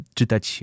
czytać